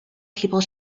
people